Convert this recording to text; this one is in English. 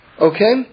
okay